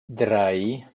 drei